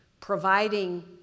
providing